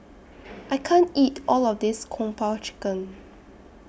I can't eat All of This Kung Po Chicken